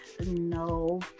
No